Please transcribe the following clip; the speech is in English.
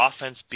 offense